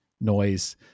noise